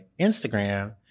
Instagram